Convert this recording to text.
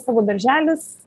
savo darželis